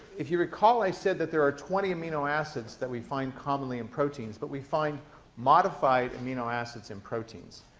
if you recall, i said that there are twenty amino acids that we find commonly in proteins, but we find modified amino acids in proteins.